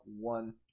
one